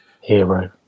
Hero